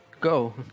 Go